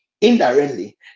Indirectly